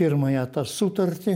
pirmąją tą sutartį